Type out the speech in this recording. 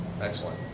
Excellent